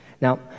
Now